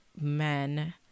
men